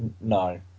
No